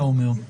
אתה אומר.